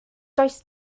does